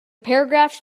paragraphs